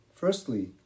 Firstly